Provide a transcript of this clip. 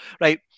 Right